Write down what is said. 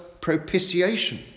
propitiation